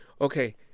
Okay